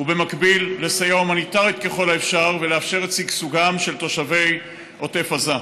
ובמקביל לסייע הומניטרית ככל האפשר ולאפשר את שגשוגם של תושבי עוטף עזה.